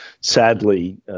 Sadly